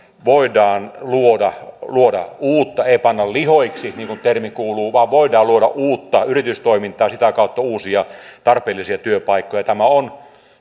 voidaan luoda luoda uutta yritystoimintaa ei panna lihoiksi niin kuin termi kuuluu vaan voidaan luoda uutta ja sitä kautta uusia tarpeellisia työpaikkoja tämä on